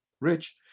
rich